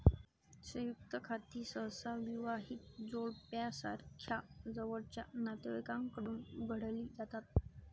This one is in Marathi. संयुक्त खाती सहसा विवाहित जोडप्यासारख्या जवळच्या नातेवाईकांकडून उघडली जातात